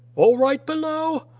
all right below?